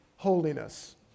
holiness